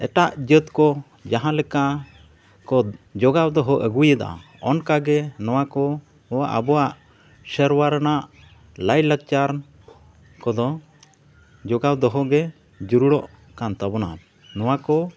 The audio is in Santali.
ᱮᱴᱟᱜ ᱡᱟᱹᱛ ᱠᱚ ᱡᱟᱦᱟᱸ ᱞᱮᱠᱟ ᱠᱚ ᱡᱚᱜᱟᱣ ᱫᱚᱦᱚ ᱟᱹᱜᱩᱭᱮᱫᱟ ᱚᱱᱠᱟᱜᱮ ᱱᱚᱣᱟ ᱠᱚ ᱦᱚᱸ ᱟᱵᱚᱣᱟᱜ ᱥᱮᱨᱣᱟ ᱨᱮᱱᱟᱜ ᱞᱟᱭ ᱞᱟᱠᱪᱟᱨ ᱠᱚᱫᱚ ᱡᱚᱜᱟᱣ ᱫᱚᱦᱚ ᱜᱮ ᱡᱟᱹᱨᱩᱲᱚᱜ ᱠᱟᱱ ᱛᱟᱵᱚᱱᱟ ᱱᱚᱣᱟ ᱠᱚ